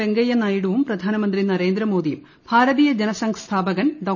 വെങ്കയ്യനായിഡുവും പ്രധാനമന്ത്രി നരേന്ദ്രമോദിയും ഭാരതീയ ജനസംഘ് സ്ഥാപകൻ ഡോ